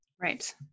Right